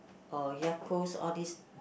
or Yakults all these